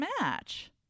match